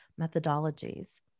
Methodologies